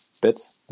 bits